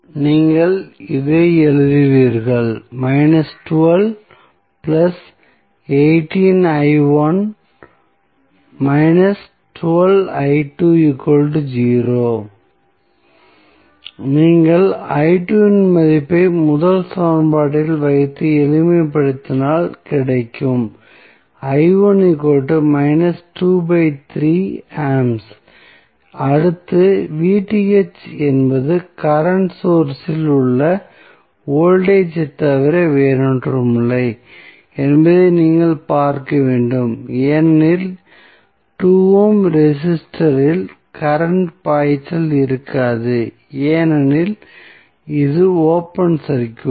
நீங்கள் இதை எழுதுவீர்கள் நீங்கள் இன் மதிப்பை முதல் சமன்பாட்டில் வைத்து எளிமைப்படுத்தினால் கிடைக்கும் அடுத்து என்பது கரண்ட் சோர்ஸ் இல் உள்ள வோல்டேஜ் ஐத் தவிர வேறொன்றுமில்லை என்பதை நீங்கள் பார்க்க வேண்டும் ஏனெனில் 2 ஓம் ரெசிஸ்டரில் கரண்ட் பாய்ச்சல் இருக்காது ஏனெனில் இது ஓபன் சர்க்யூட்